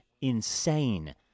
insane